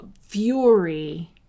fury